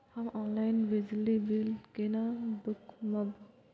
हम ऑनलाईन बिजली बील केना दूखमब?